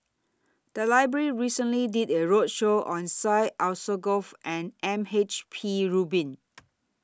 The Library recently did A roadshow on Syed Alsagoff and M H P Rubin